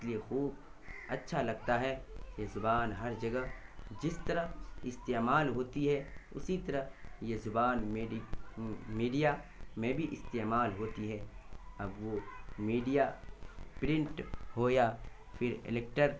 اس لیے خوب اچھا لگتا ہے یہ زبان ہر جگہ جس طرح استعمال ہوتی ہے اسی طرح یہ زبان میری میڈیا میں بھی استعمال ہوتی ہے اب وہ میڈیا پرنٹ ہو یا پھر الیکٹر